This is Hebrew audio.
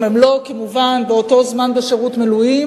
כמובן אם הם לא בשירות מילואים